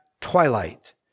twilight